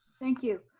thank you.